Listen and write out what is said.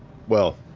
well,